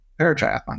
paratriathlon